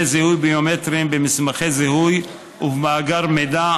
זיהוי ביומטריים במסמכי זיהוי ובמאגר מידע,